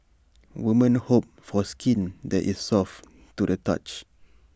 women hope for skin that is soft to the touch